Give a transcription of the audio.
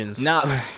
no